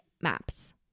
maps